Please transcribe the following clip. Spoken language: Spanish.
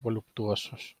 voluptuosos